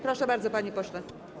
Proszę bardzo, panie pośle.